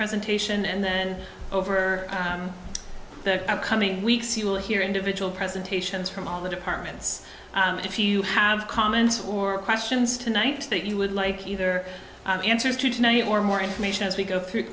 presentation and then over the coming weeks you will hear individual presentations from all the departments and if you have comments or questions tonight that you would like either answers to tonight or more information as we go through